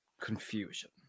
confusion